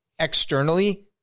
externally